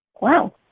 Wow